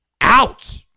out